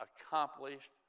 accomplished